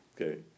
Okay